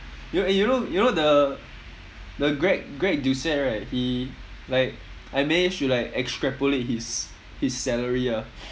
you know eh you know you know the the greg greg doucette right he like I managed to like extrapolate his his salary ah